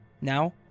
Now